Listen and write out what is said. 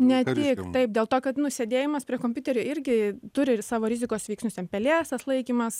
ne tik taip dėl to kad nu sėdėjimas prie kompiuterio irgi turi ir savo rizikos veiksnius ten pelės tas laikymas